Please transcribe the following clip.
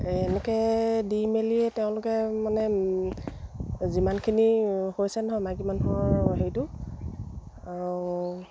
এনেকে দি মেলি তেওঁলোকে মানে যিমানখিনি হৈছে নহয় মাইকী মানুহৰ হেৰিটো আৰু